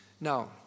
now